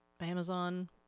Amazon